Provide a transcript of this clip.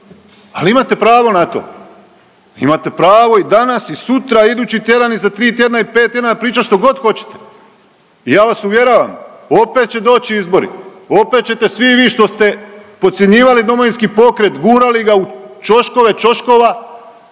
ali imate pravo na to. Imate pravo i danas i sutra i idući tjedan i za tri tjedna i pet tjedana pričat što god hoćete i ja vas uvjeravam opet će doći izbori, opet ćete svi vi što ste podcjenjivali Domovinski pokret, gurali ga u ćoškove ćoškova,